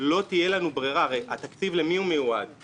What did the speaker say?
לא תהיה לנו ברירה הרי למי מיועד התקציב?